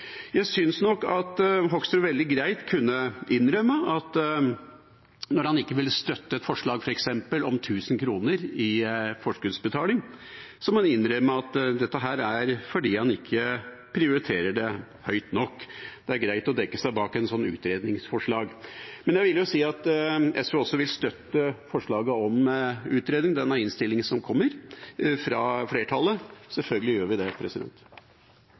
Jeg synes nok Hoksrud veldig greit kunne innrømme når han ikke vil støtte et forslag, f.eks. om 1 000 kr i forskuddsbetaling, at det er fordi han ikke prioriterer det høyt nok. Det er greit å dekke seg bak et slikt utredningsforslag. Men jeg vil si at SV også vil støtte forslaget om utredning, den innstillinga som kommer, fra flertallet. Selvfølgelig gjør vi det.